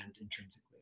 intrinsically